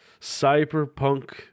cyberpunk